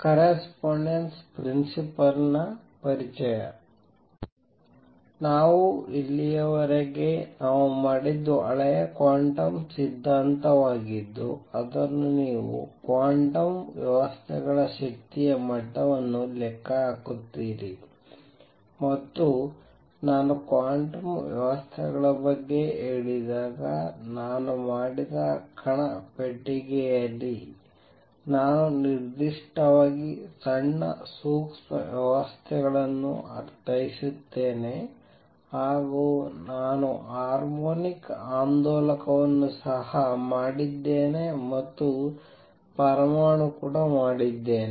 correspondence principle ನ ಪರಿಚಯ ನಾವು ಇಲ್ಲಿಯವರೆಗೆ ನಾವು ಮಾಡಿದ್ದು ಹಳೆಯ ಕ್ವಾಂಟಮ್ ಸಿದ್ಧಾಂತವಾಗಿದ್ದು ಅದನ್ನು ನೀವು ಕ್ವಾಂಟಮ್ ವ್ಯವಸ್ಥೆಗಳ ಶಕ್ತಿಯ ಮಟ್ಟವನ್ನು ಲೆಕ್ಕ ಹಾಕುತ್ತೀರಿ ಮತ್ತು ನಾನು ಕ್ವಾಂಟಮ್ ವ್ಯವಸ್ಥೆಗಳ ಬಗ್ಗೆ ಹೇಳಿದಾಗ ನಾನು ಮಾಡಿದ ಕಣ ಪೆಟ್ಟಿಗೆಯಲ್ಲಿ ನಾನು ನಿರ್ದಿಷ್ಟವಾಗಿ ಸಣ್ಣ ಸೂಕ್ಷ್ಮ ವ್ಯವಸ್ಥೆಗಳನ್ನು ಅರ್ಥೈಸುತ್ತೇನೆ ಹಾಗೂ ನಾನು ಹಾರ್ಮೋನಿಕ್ ಆಂದೋಲಕವನ್ನು ಸಹ ಮಾಡಿದ್ದೇನೆ ಮತ್ತು ನಾನು ಪರಮಾಣು ಕೂಡ ಮಾಡಿದ್ದೇನೆ